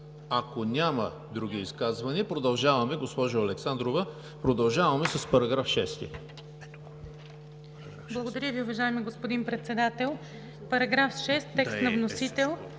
Ако няма други изказвания, продължаваме с § 6.